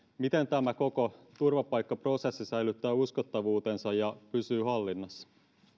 miten tämä koko turvapaikkaprosessi säilyttää uskottavuutensa ja pysyy hallinnassa